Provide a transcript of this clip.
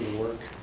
work